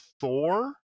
Thor